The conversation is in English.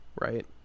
right